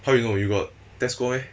how you know you got test 过 meh